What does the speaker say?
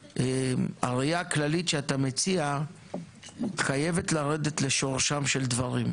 הראייה הכללית שאתה מציע חייבת לרדת לשורשם של דברים.